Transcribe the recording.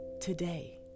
today